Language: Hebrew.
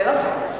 זה נכון,